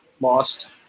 lost